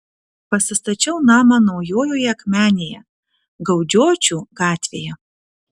pasistačiau namą naujojoje akmenėje gaudžiočių gatvėje